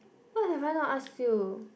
what I have not ask you